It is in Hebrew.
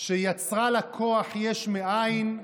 שיצרה לה כוח יש מאין,